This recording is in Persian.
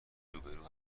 روبرو